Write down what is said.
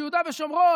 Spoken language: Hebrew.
ביהודה ושומרון,